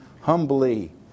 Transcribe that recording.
humbly